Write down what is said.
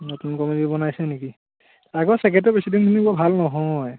নতুন কমিটি বনাইছে নেকি আগৰ প্ৰেচিডেণ্ট চেক্ৰেটেৰিখিনি বৰ ভাল নহয়